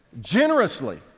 Generously